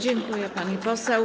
Dziękuję, pani poseł.